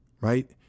Right